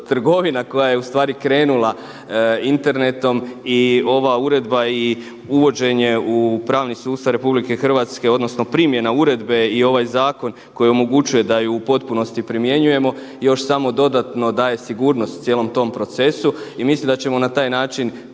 koja je u stvari krenula internetom i ova uredba i uvođenje u pravni sustav RH, odnosno primjena uredbe i ovaj zakon koji omogućuje da je u potpunosti primjenjujemo. Još samo dodatno daje sigurnost cijelom tom procesu i mislim da ćemo na taj način